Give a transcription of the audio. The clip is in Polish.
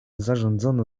zarządzono